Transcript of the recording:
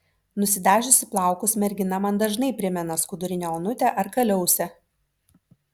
nusidažiusi plaukus mergina man dažnai primena skudurinę onutę ar kaliausę